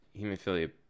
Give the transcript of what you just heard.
hemophilia